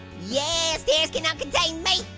yeah ah stairs cannot contain me.